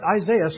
Isaiah